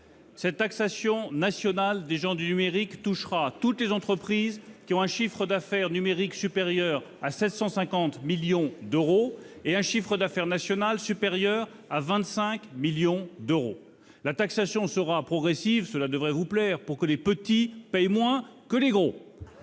Cette taxation nationale des géants du numérique touchera toutes les entreprises dont le chiffre d'affaires numérique est supérieur à 750 millions d'euros et le chiffre d'affaires national supérieur à 25 millions d'euros. La taxation sera progressive, pour que les petits payent moins que les gros